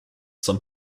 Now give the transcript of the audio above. some